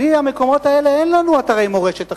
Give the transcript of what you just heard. בלי המקומות האלה, אין לנו אתרי מורשת אחרים.